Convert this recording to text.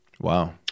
Wow